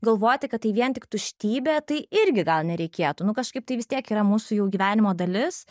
galvoti kad tai vien tik tuštybė tai irgi gal nereikėtų nu kažkaip tai vis tiek yra mūsų jau gyvenimo dalis